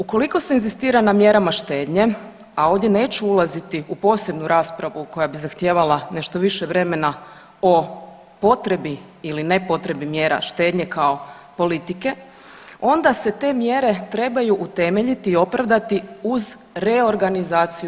Ukoliko se inzistira na mjerama štednje, a ovdje neću ulaziti u posebnu raspravu koja bi zahtijevala nešto više vremena o potrebi ili ne potrebi mjera štednje kao politike onda se te mjere trebaju utemeljiti i opravdati uz reorganizaciju.